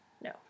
no